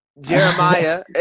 Jeremiah